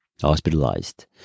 hospitalized